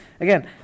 again